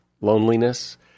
loneliness